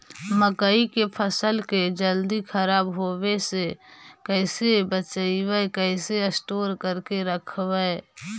मकइ के फ़सल के जल्दी खराब होबे से कैसे बचइबै कैसे स्टोर करके रखबै?